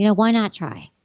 you know why not try?